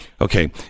okay